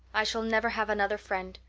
i shall never have another friend.